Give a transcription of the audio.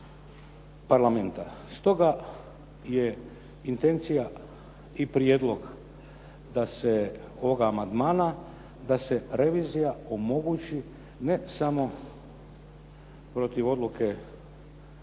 Stoga je intencija i prijedlog ovog amandmana da se revizija omogući ne samo protiv odluke vojnih